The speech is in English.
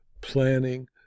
planning